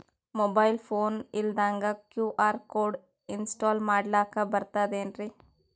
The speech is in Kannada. ಮೊಬೈಲ್ ಫೋನ ಇಲ್ದಂಗ ಕ್ಯೂ.ಆರ್ ಕೋಡ್ ಇನ್ಸ್ಟಾಲ ಮಾಡ್ಲಕ ಬರ್ತದೇನ್ರಿ?